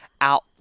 out